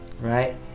right